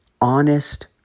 honest